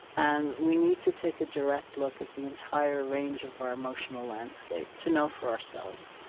and we need to take a direct look at the entire range of our emotional landscape to know for ourselves.